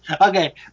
okay